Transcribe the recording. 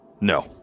No